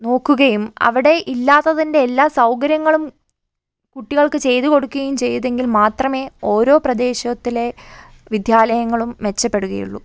നോക്കുകയും അവിടെ ഇല്ലാത്തതിൻ്റെ എല്ലാ സൗകര്യങ്ങളും കുട്ടികൾക്ക് ചെയ്തു കൊടുക്കുകയും ചെയ്തെങ്കിൽ മാത്രമേ ഓരോ പ്രദേശത്തിലെ വിദ്യാലയങ്ങളും മെച്ചപ്പെടുകയുള്ളു